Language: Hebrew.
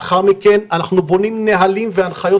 לאחר מכן אנחנו בונים נהלים והנחיות